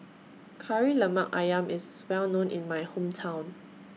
Kari Lemak Ayam IS Well known in My Hometown